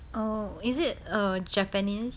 oh is it err japanese